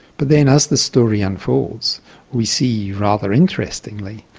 but then as the story unfolds we see, rather interestingly,